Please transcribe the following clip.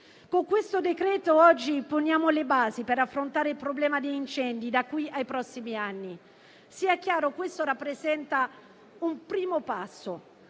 Con questo decreto-legge oggi poniamo le basi per affrontare il problema degli incendi da qui ai prossimi anni. Sia chiaro, questo rappresenta un primo passo;